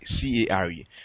C-A-R-E